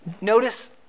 notice